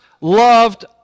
loved